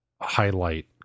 highlight